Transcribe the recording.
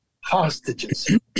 hostages